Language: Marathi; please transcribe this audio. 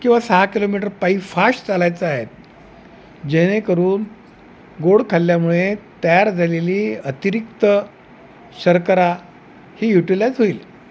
किंवा सहा किलोमीटर पायी फास्ट चालायचं आहे जेणेकरून गोड खाल्ल्यामुळे तयार झालेली अतिरिक्त शर्करा ही युटीलाइज होईल